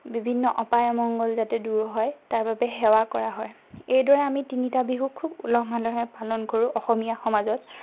বিভিন্ন অপায় অমঙ্গল যাতে দূৰ হয় তাৰ বাবে সেৱা কৰা হয় এইদৰে আমি তিনিটা বিহুক খুব উলহ মালহেৰে পালন কৰোঁ অসমীয়া সমাজত